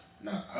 No